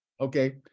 okay